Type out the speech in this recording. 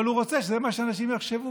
אבל הוא רוצה שזה מה שאנשים יחשבו.